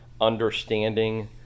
Understanding